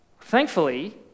Thankfully